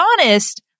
honest